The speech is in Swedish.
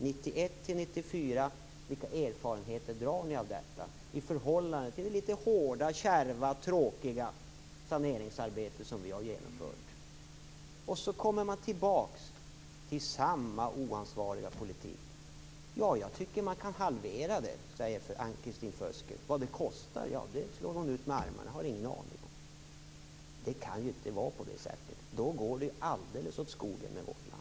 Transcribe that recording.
Vilka erfarenheter drar ni av perioden 1991-1994 i förhållande till det litet hårda, kärva, tråkiga saneringsarbete som vi har genomfört? Då kommer man tillbaka till samma oansvariga politik. Jag tycker att man kan halvera det, säger Ann-Kristin Føsker. Vad det kostar? Ja, det slår hon ut med armarna om. Det har hon ingen aning om. Det kan inte vara på det sättet. Då går det alldeles åt skogen med vårt land.